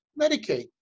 Medicaid